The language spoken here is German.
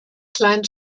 kleinen